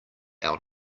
out